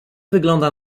wygląda